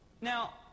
Now